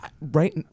Right